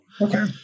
Okay